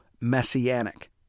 messianic